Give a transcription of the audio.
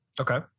Okay